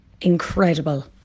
incredible